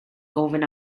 gofyn